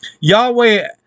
Yahweh